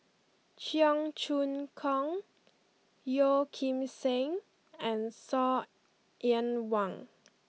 Cheong Choong Kong Yeo Kim Seng and Saw Ean Wang